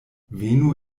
venu